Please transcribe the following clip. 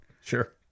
Sure